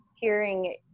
hearing